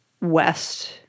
west